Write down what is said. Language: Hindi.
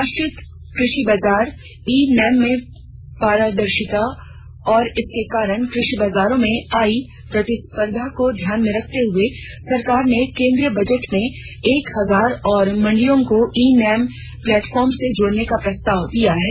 राष्ट्रीय कृषि बाजार ई नैम में पारदर्शिता और इसके कारण कृषि बाजारों में आई प्रतिस्पर्धा को ध्यान में रखते हुए सरकार ने केंद्रीय बजट में एक हजार और मंडियों को ई नैम प्लेटफॉर्म से जोड़ने का प्रस्ताव किया है